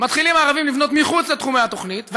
מתחילים הערבים לבנות מחוץ לתחומי התוכנית,